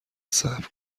صبر